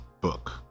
book